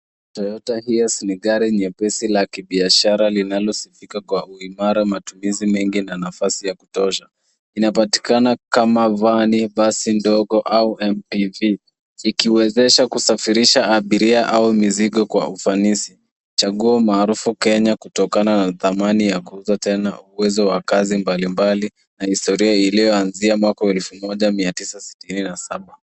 Toyota Hiace ni gari nyepesi la kibiashara linalosifika kwa uimara, matumizi mengi, na nafasi ya kutosha. Inapatikana kama vani, basi ndogo au mpv ikiwezesha kusafirisha abiria au mizigo kwa ufanisi. Chaguo maarufu Kenya kutokana na dhamani ya kuuza tena uwezo wa kazi mbalimbali na historia iliyoanzia mwaka wa 1967.